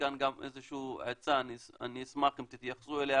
כאן איזה שהיא עצה, אני אשמח אם תתייחסו אליה